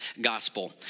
gospel